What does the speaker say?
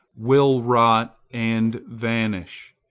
will rot and vanish,